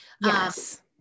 Yes